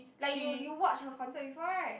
like you you watch her concert before right